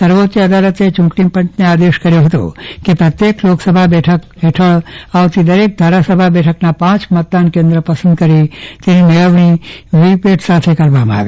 સર્વોચ્ચ અદાલતે ચૂંટણી પંચને આદેશ કર્યો હતો કે પ્રત્યેક લોકસભા બેઠક હેઠળ આવતી દરેક ધારાસભા બેઠકના પાંચ મતદાન કેન્દ્ર પસંદ કરી તેની મેળવણી વીવીપેટ સાથે કરવામાં આવે